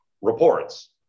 reports